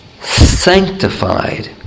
sanctified